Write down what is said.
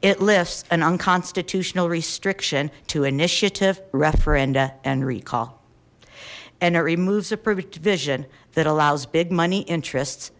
it lifts an unconstitutional restriction to initiative referenda and recall and it removes a provision that allows big money interests